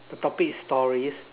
the topic is stories